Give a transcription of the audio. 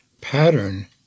pattern